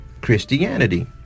Christianity